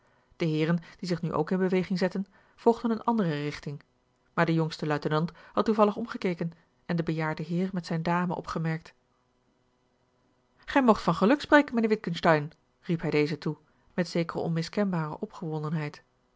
de heeren die zich nu ook in beweging zetten volgden eene andere richting maar de jongste luitenant had toevallig omgekeken en den bejaarden heer met zijne dame opgemerkt gij moogt van geluk spreken mijnheer witgensteyn riep hij dezen toe met zekere onmiskenbare